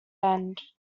end